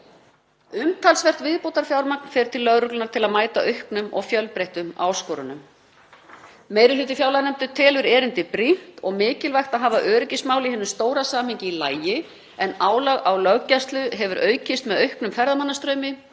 Umtalsvert viðbótarfjármagn fer til lögreglunnar til að mæta auknum og fjölbreyttum áskorunum. Meiri hluti fjárlaganefndar telur erindið brýnt og mikilvægt að hafa öryggismál í hinu stóra samhengi í lagi en álag á löggæslu hefur aukist með auknum ferðamannastraumi,